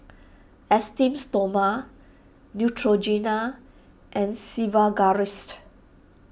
Esteems Stoma Neutrogena and Sigvaris